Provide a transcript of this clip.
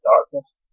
darkness